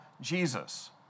Jesus